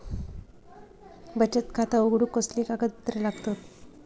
बचत खाता उघडूक कसले कागदपत्र लागतत?